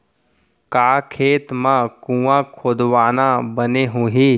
का खेत मा कुंआ खोदवाना बने होही?